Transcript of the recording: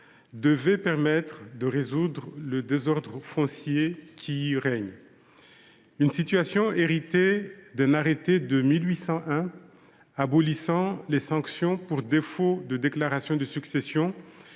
devaient permettre de résoudre le désordre foncier qui y prévaut. Héritée d’un arrêté de 1801 abolissant les sanctions pour défaut de déclaration de succession,